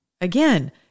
Again